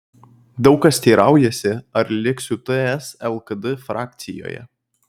daug kas teiraujasi ar liksiu ts lkd frakcijoje